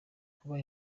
kuba